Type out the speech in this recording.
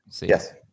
Yes